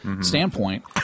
standpoint